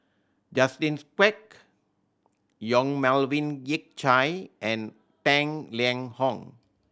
Justin Quek Yong Melvin Yik Chye and Tang Liang Hong